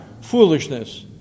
foolishness